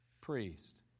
priest